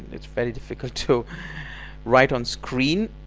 it's very difficult to write on screen